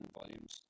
volumes